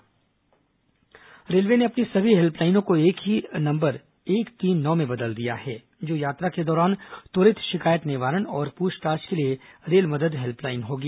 railway helpline number railway ने अपनी सभी हेल्पलाइनों को एक ही हेल्पलाइन नंबर एक तीन नौ में बदल दिया है जो यात्रा के दौरान त्वरित शिकायत निवारण और पूछताछ के लिए रेल मदद हेल्पलाइन होगी